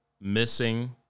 missing